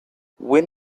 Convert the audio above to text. when